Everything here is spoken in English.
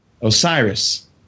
Osiris